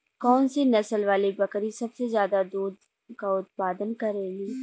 कौन से नसल वाली बकरी सबसे ज्यादा दूध क उतपादन करेली?